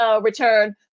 return